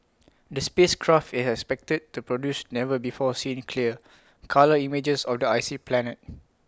the space craft is expected to produce never before seen clear colour images of the icy planet